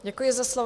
Děkuji za slovo.